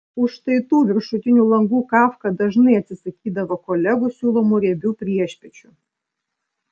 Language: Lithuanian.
už štai tų viršutinių langų kafka dažnai atsisakydavo kolegų siūlomų riebių priešpiečių